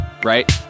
Right